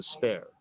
despair